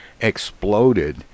exploded